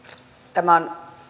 tämä on